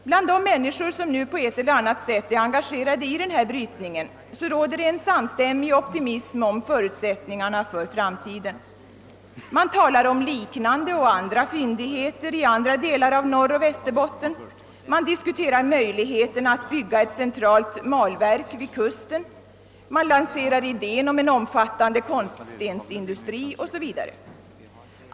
Bland de människor som nu på ett eller annat sätt är engagerade i denna brytning råder en samstämmig optimism om förutsättningarna för framtiden. Man talar om liknande och andra fyndigheter i andra delar av Norrbotten och Västerbotten, man diskuterar möjligheterna att bygga ett centralt malverk vid kusten, man lanserar idén om en omfattande konststensindustri o. s. v.